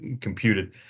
computed